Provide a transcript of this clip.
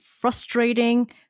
frustrating